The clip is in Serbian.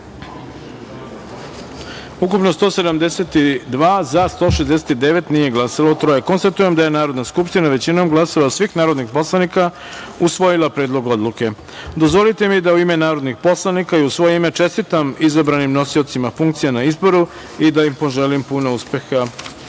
ukupno 172, za – 169, nije glasalo – troje. Konstatujem da je Narodna skupština većinom glasova svih narodnih poslanika usvojila Predlog odluke. Dozvolite mi da u ime narodnih poslanika i u svoje ime čestitam izabranim nosiocima funkcija na izboru i da im poželim puno uspeha